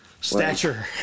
Stature